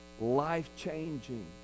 life-changing